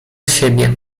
siebie